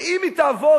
שאם היא תעבור,